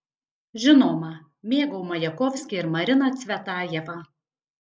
žinoma mėgau majakovskį ir mariną cvetajevą